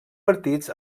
partits